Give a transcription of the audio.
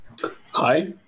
Hi